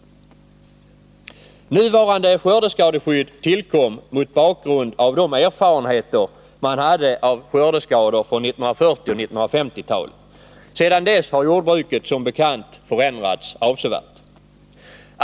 Nuvarande skördeskadeskydd tillkom mot bakgrund av de erfarenheter man hade av skördeskador från 1940 och 1950-talen. Sedan dess har jordbruket som bekant förändrats avsevärt.